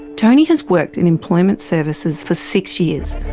tony has worked in employment services for six years,